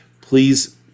please